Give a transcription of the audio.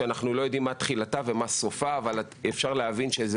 אנחנו לא יודעים מה תחילתה ומה סופה אבל אפשר להבין שיש